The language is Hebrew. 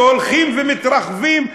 שהולכים ומתרחבים,